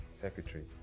secretary